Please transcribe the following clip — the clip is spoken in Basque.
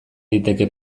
liteke